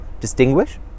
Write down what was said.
distinguish